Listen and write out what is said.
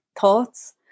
thoughts